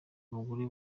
abagore